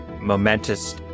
momentous